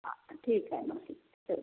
हां ठीक आहे मग ठीक ठेव